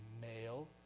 male